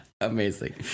amazing